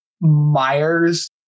Myers